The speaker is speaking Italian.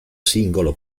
singolo